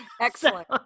Excellent